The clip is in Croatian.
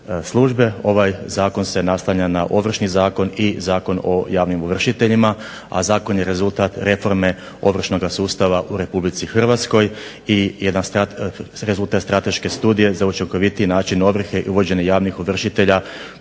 se naslanja na Ovršni zakon i Zakon o javnim ovršiteljima, a zakon je rezultat reforme ovršnoga sustava u Republici Hrvatskoj, i rezultat strateške studije za učinkovitiji način ovrhe i uvođenje javnih ovršitelja